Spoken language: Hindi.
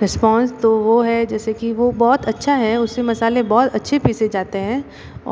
रिस्पोंस तो वो है जैसे की वो बहुत अच्छा है उससे मसाले बहुत अच्छी पिसे जाते हैं